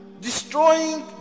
destroying